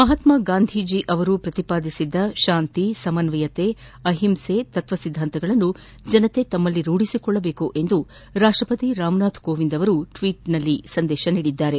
ಮಹಾತ್ಮಾ ಗಾಂಧೀಜಿ ಅವರ ಪ್ರತಿಪಾದಿಸಿದ ಶಾಂತಿ ಸಮನ್ವಯತೆ ಅಹಿಂಸೆ ತತ್ವ ಸಿದ್ಧಾಂತಗಳನ್ನು ಜನರು ತಮ್ಮಲ್ಲಿ ರೂಢಿಸಿಕೊಳ್ಳಬೇಕು ಎಂದು ರಾಷ್ಟಪತಿ ರಾಮ್ನಾಥ್ ಕೋವಿಂದ್ ಟ್ವೀಟ್ ಸಂದೇಶದಲ್ಲಿ ಹೇಳಿದ್ದಾರೆ